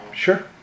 Sure